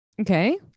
Okay